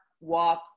walk